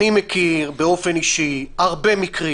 אני מכיר באופן אישי הרבה מקרים.